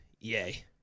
Yay